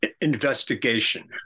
investigation